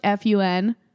FUN